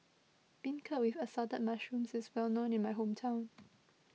Beancurd with Assorted Mushrooms is well known in my hometown